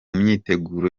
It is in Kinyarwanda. myiteguro